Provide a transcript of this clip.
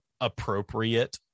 appropriate